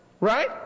Right